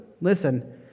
Listen